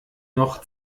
noch